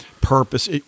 purpose